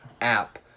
app